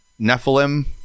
Nephilim